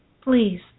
Please